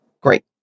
great